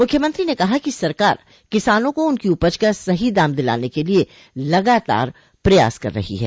मुख्यमंत्री ने कहा कि सरकार किसानों को उनकी उपज का सही दाम दिलाने के लिए लगातार प्रयास कर रही है